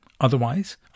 Otherwise